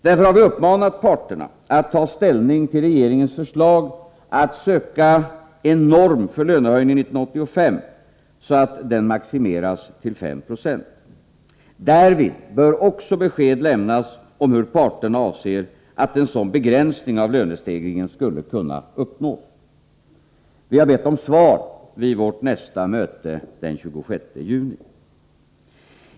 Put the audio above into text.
Därför har vi uppmanat parterna att ta ställning till regeringens förslag om att söka en norm för lönehöjningen 1985, så att den maximeras till 5 20. Därvid bör också besked lämnas om hur parterna avser att en sådan begränsning av lönestegringen skulle kunna uppnås. Vi har bett att få svar vid vårt nästa möte den 26 juni.